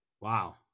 Wow